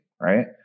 right